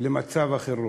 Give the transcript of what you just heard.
למצב החירום.